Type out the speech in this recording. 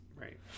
Right